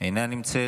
אינה נמצאת.